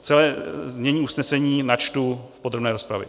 Celé znění usnesení načtu v podrobné rozpravě.